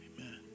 Amen